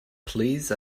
please